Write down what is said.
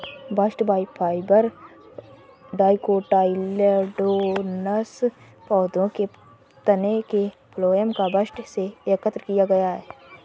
bast fibre dicotyledonous पौधों के तने के फ्लोएम या बस्ट से एकत्र किया गया है